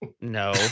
No